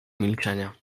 milczenia